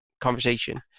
conversation